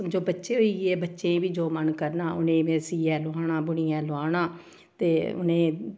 समझो बच्चे होइये बच्चें ई बी जो मन करना उ'नें में सीयै लोआना बुनियै लोआना ते उ'नें